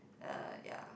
uh ya